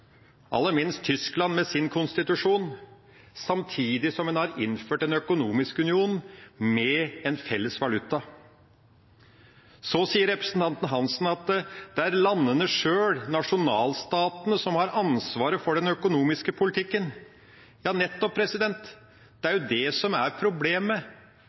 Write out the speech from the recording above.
aller minst Tyskland, med sin konstitusjon, samtidig som en har innført en økonomisk union med en felles valuta. Så sier representanten Hansen at det er landene sjøl, nasjonalstatene, som har ansvar for den økonomiske politikken. Ja, nettopp! Det er jo det som er problemet.